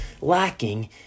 lacking